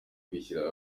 kwishyira